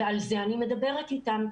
ועל זה אני מדברת איתם,